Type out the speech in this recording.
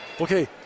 okay